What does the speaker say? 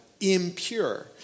impure